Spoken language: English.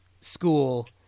school